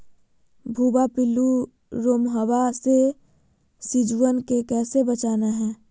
भुवा पिल्लु, रोमहवा से सिजुवन के कैसे बचाना है?